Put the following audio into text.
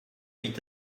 huit